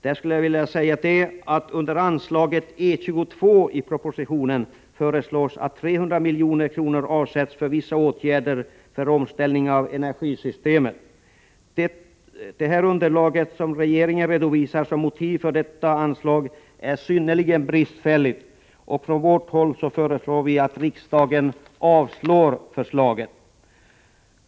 I propositionen föreslås att 300 milj.kr. avsätts under anslagspunkten E 22, Vissa åtgärder för omställning av energisystemet. Det underlag regeringen redovisar som motiv för detta anslag är synnerligen bristfälligt. Från vårt håll föreslår vi att riksdagen avslår förslaget.